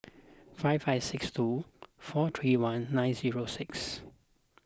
five five six two four three one nine zero six